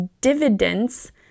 dividends